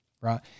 right